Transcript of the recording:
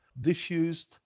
diffused